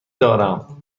دارم